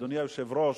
אדוני היושב-ראש,